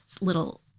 little